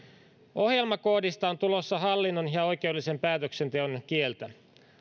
ohjelmakoodista on tulossa hallinnon ja oikeudellisen päätöksenteon kieltä